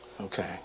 Okay